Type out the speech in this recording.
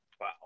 Wow